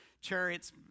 chariots